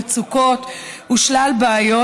מצוקות ושלל בעיות,